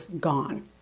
gone